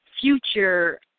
future